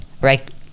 right